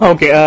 Okay